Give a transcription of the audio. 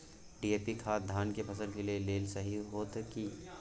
DAP खाद धान के फसल के लेल सही होतय की?